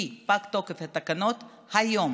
כי פג תוקף התקנות היום,